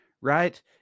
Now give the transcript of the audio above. right